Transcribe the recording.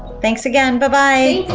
thanks again, buh-bye.